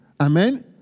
Amen